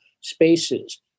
spaces